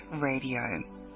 Radio